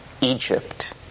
Egypt